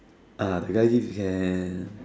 ah the guy give can